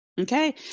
Okay